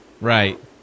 Right